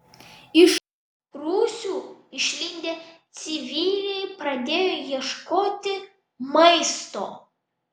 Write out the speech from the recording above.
iš rūsių išlindę civiliai pradėjo ieškoti maisto